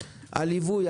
הליווי,